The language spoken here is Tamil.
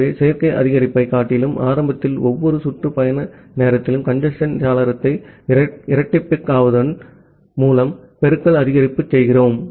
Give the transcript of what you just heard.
ஆகவே சேர்க்கை அதிகரிப்பதைக் காட்டிலும் ஆரம்பத்தில் ஒவ்வொரு சுற்று பயண நேரத்திலும் கஞ்சேஸ்ன் சாளரத்தை இரட்டிப்பாக்குவதன் மூலம் பெருக்கல் அதிகரிப்பு செய்கிறோம்